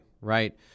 right